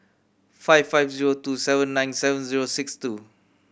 five five zero two seven nine seven zero six two